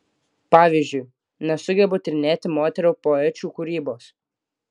pavyzdžiui nesugebu tyrinėti moterų poečių kūrybos